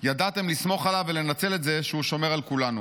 ידעתם לסמוך עליו ולנצל את זה שהוא שומר על כולנו.